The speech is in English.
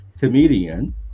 comedian